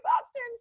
Boston